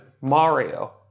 Mario